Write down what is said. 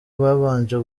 babanje